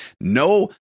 No